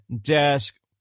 desk